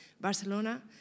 Barcelona